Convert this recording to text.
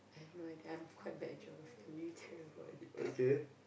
I have no idea I'm quite bad at Geography I'm really terrible at it